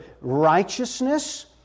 righteousness